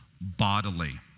bodily